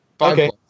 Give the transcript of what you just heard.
Okay